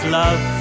love